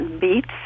beets